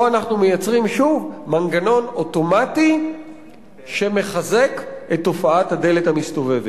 פה אנחנו מייצרים שוב מנגנון אוטומטי שמחזק את תופעת הדלת המסתובבת.